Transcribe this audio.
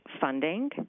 funding